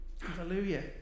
Hallelujah